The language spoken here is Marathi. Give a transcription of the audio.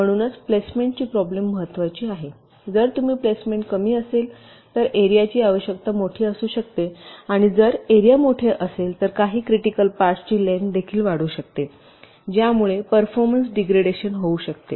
म्हणून प्लेसमेंटची प्रॉब्लेम महत्वाची आहे जर तुमची प्लेसमेंट कमी असेल तर एरियाची आवश्यकता मोठी असू शकते आणि जर एरिया मोठे असेल तर काही क्रिटिकल पार्टची लेन्थ देखील वाढू शकते ज्यामुळे परफॉर्मन्स डिग्रेडेशन होऊ शकते